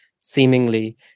seemingly